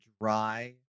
dry